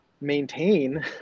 maintain